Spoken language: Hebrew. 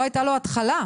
שלא הייתה לו התחלה.